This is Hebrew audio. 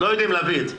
לא יודעים להביא את זה.